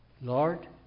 Lord